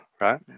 right